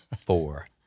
four